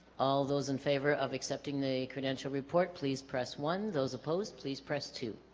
all those in favor of accepting the credential report please press one those opposed please press two